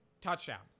touchdown